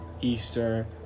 Easter